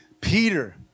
Peter